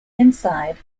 inside